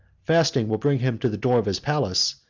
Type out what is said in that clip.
fasting will bring him to the door of his palace,